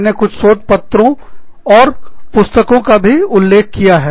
मैंने कुछ शोध पत्रों और पुस्तकों का भी यहां उल्लेख किया है